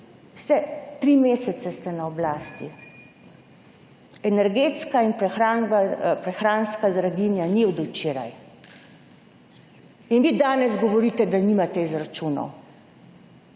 Veste, tri mesece ste na oblasti, energetska in prehranska draginja ni od včeraj. In vi danes govorite, da nimate izračunov,